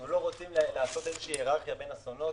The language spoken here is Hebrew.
אנחנו רוצים לעשות היררכיה בין אסונות,